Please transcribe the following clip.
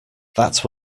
that